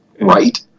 right